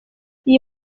iyi